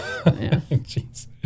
Jeez